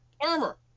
armor